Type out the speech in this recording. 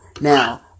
Now